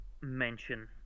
mention